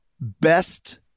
best